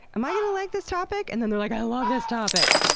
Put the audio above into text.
am i gonna like this topic? and then they're like, i love this topic!